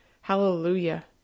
Hallelujah